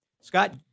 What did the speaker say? Scott